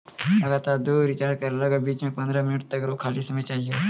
लगातार दु रिचार्ज करै लेली बीच मे पंद्रह मिनट रो खाली समय चाहियो